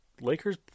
Lakers